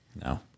no